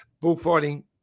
bullfighting